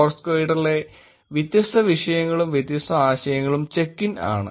ഫോർസ്ക്വയറിലെ വ്യത്യസ്ത വിഷയങ്ങളും വ്യത്യസ്ത ആശയങ്ങളും ചെക്ക് ഇൻ ആണ്